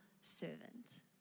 servant